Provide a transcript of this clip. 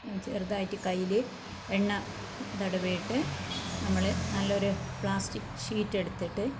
ഒന്ന് ചെറുതായിട്ട് കയ്യിൽ എണ്ണ തടവിയിട്ട് നമ്മൾ നല്ലൊരു പ്ലാസ്റ്റിക് ഷീറ്റെടുത്തിട്ട്